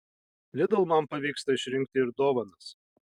lidl man pavyksta išrinkti ir dovanas